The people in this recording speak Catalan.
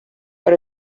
per